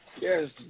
Yes